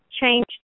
change